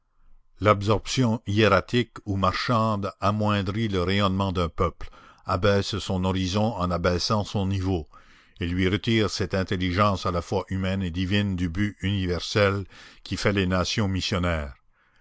l'absorption hiératique ou marchande amoindrit le rayonnement d'un peuple abaisse son horizon en abaissant son niveau et lui retire cette intelligence à la fois humaine et divine du but universel qui fait les nations missionnaires